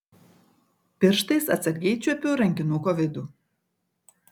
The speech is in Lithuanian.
pirštais atsargiai čiuopiu rankinuko vidų